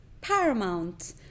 paramount